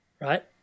right